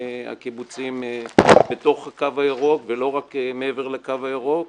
הקיבוציים בתוך הקו הירוק ולא רק מעבר לקו הירוק